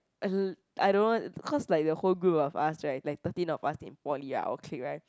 uh I don't know cause like the whole group of us right like thirteen of us in poly ah our clique right